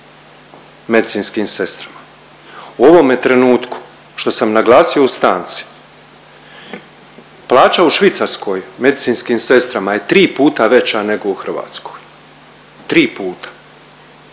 medicinskim sestrama. U ovome trenutku što sam naglasio u stanci, plaća u Švicarskoj medicinskim sestrama je tri puta veća nego u Hrvatskoj, tri puta,